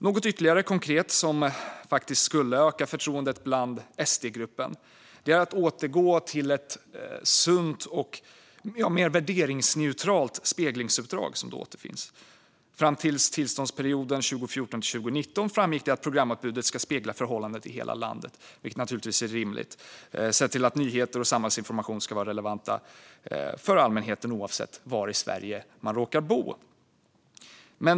Något ytterligare konkret som faktiskt skulle öka förtroendet i SD-gruppen är att återgå till ett sunt och mer värderingsneutralt speglingsuppdrag. Fram till tillståndsperioden 2014-2019 framgick det att programutbudet ska spegla förhållanden i hela landet, vilket naturligtvis är rimligt sett till att nyheter och samhällsinformation ska vara relevanta för allmänheten oavsett var i Sverige man råkar bo.